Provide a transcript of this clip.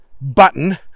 button